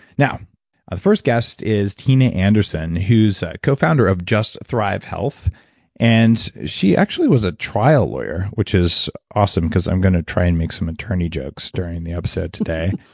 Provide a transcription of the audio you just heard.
first guest is tina anderson who's a co-founder of just thrive health and she actually was a trial lawyer, which is awesome because i'm going to try and make some attorney jokes during the episode today.